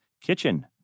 kitchen